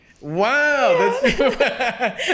Wow